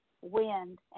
wind